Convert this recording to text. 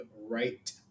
right